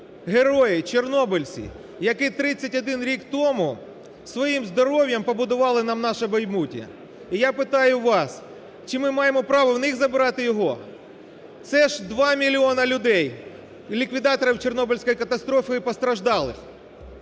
герої-чорнобильці, які 31 рік тому своїм здоров'ям побудували нам наше майбутнє. І я питаю вас, чи ми маємо право в них забирати його? Це ж 2 мільйони людей ліквідаторів Чорнобильської катастрофи і постраждалих,